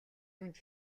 юунд